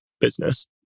business